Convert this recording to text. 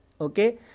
Okay